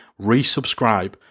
resubscribe